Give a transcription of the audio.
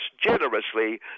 generously